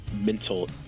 mental